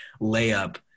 layup